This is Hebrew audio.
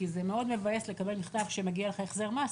כי זה מבאס מאוד לקבל מכתב שמגיע לך החזר מס,